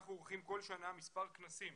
ואנחנו עורכים כל שנה מספר כנסים